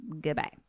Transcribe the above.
goodbye